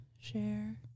share